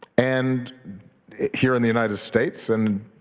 and here in the united states and